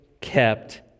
kept